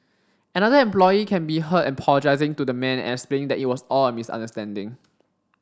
another employee can be heard apologizing to the man and explaining that it was all a misunderstanding